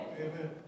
Amen